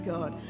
God